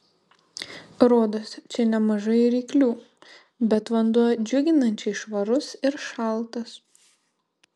rodos čia nemažai ryklių bet vanduo džiuginančiai švarus ir šaltas